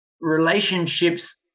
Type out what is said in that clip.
relationships